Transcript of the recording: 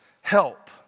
help